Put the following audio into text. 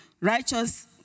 righteous